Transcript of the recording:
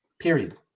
Period